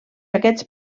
aquests